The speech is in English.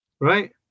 Right